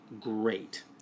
great